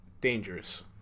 dangerous